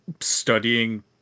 studying